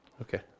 Okay